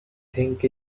think